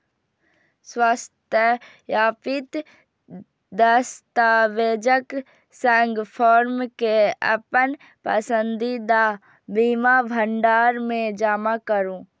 स्वसत्यापित दस्तावेजक संग फॉर्म कें अपन पसंदीदा बीमा भंडार मे जमा करू